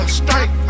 strike